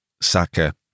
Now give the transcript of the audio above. Saka